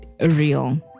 real